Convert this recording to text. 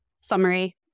summary